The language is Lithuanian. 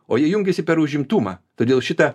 o jie jungiasi per užimtumą todėl šitą